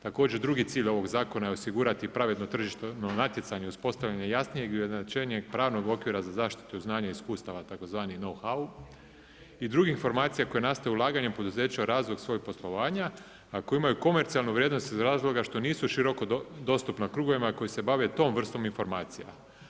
Također drugi cilj ovoga zakona je osigurati pravedno tržišno natjecanje uspostavljanja jasnijeg i ujednačenijeg pravnog okvira za zaštitu znanja i iskustava tzv. nou know i drugih informacija koje nastaju ulaganjem poduzeća u razvoj svog poslovanja, a koji imaju komercijalnu vrijednost iz razloga što nisu široko dostupna krugovima koji se bave tom vrstom informacija.